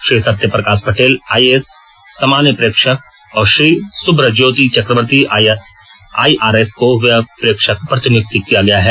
Shri Satyaprakash Patel IAS सामान्य प्रेक्षक और श्री सुभ्रज्योति चकवती आइआरएस को व्यय प्रेक्षक प्रतिनियुक्त किया गया है